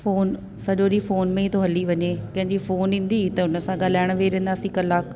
phone सॼो ॾींहुं phone में ई थो हली वञे कंहिंजी फोन ईंदी त हुनसां ॻाल्हाइण वेही रहींदासीं कलाकु